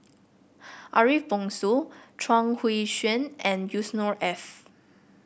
Ariff Bongso Chuang Hui Tsuan and Yusnor Ef